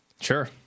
Sure